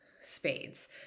spades